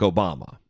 Obama